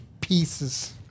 Pieces